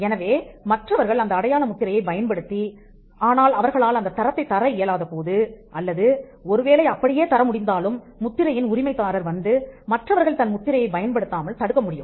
எனவே மற்றவர்கள் அந்த அடையாள முத்திரையைப் பயன்படுத்தி ஆனால் அவர்களால் அந்தத் தரத்தைத் தர இயலாத போது அல்லது ஒருவேளை அப்படியே தர முடிந்தாலும் முத்திரையின் உரிமைதாரர் வந்து மற்றவர்கள் தன் முத்திரையை பயன்படுத்தாமல் தடுக்க முடியும்